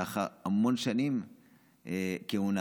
לאחר המון שנים של כהונה.